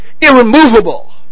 irremovable